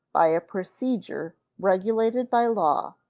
by a procedure regulated by law,